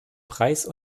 preis